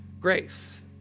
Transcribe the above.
grace